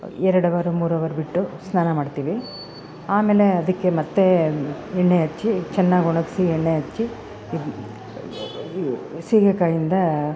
ಎರಡು ಅವರು ಮೂರು ಅವರ್ ಬಿಟ್ಟು ಸ್ನಾನ ಮಾಡ್ತಿವಿ ಆಮೇಲೆ ಅದಕ್ಕೆ ಮತ್ತು ಎಣ್ಣೆ ಹಚ್ಚಿ ಚೆನ್ನಾಗ್ ಒಣಗಿಸಿ ಎಣ್ಣೆ ಹಚ್ಚಿ ಇದ್ನ ಸೀಗೆಕಾಯಿಂದ